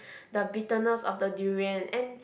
the bitterness of the durian and